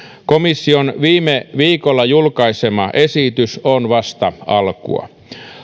komission viime viikolla julkaisema esitys on vasta alkua